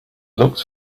looked